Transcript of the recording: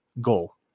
goal